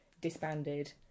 disbanded